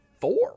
four